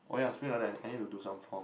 oh ya speaking of that I need to do some form